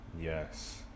Yes